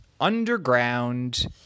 underground